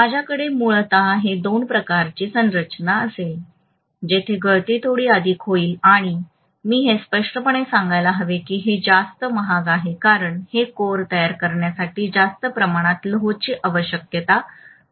माझ्याकडे मूलतः हे दोन प्रकारचे बांधकाम असेल येथे गळती थोडी अधिक होईल आणि मी हे स्पष्टपणे म्हणायला हवे की हे जास्त महाग आहे कारण हे कोर तयार करण्यासाठी जास्त प्रमाणात लोहाची आवश्यकता असेल